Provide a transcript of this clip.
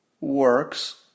works